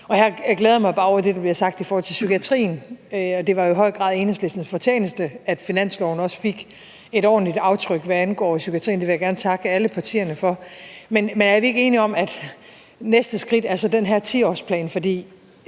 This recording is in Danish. Her glæder jeg mig bare over det, der bliver sagt om psykiatrien. Det var jo i høj grad Enhedslistens fortjeneste, at finansloven også fik et ordentligt aftryk, hvad angår psykiatrien, og det vil jeg gerne takke alle partierne for. Men er vi ikke enige om, at det næste skridt er den her 10-årsplan? For